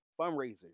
fundraisers